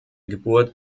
geburt